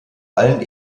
allen